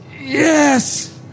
Yes